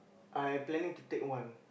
I planning to take one